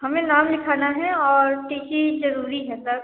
हमें नाम लिखाना है और टी सी जरूरी है सर